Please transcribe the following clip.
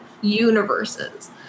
universes